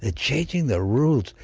ah changing the rules.